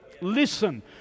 Listen